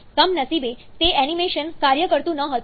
કમનસીબે તે એનિમેશન કાર્ય કરતું ન હતું